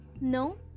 No